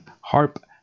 harp